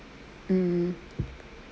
mmhmm